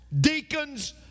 deacons